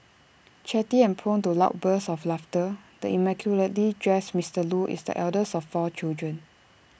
chatty and prone to loud bursts of laughter the immaculately dressed Mister Loo is the eldest of four children